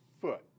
foot